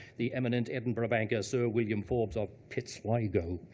the eminent edinburgh banker, sir william forbes of pitsligo.